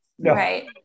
Right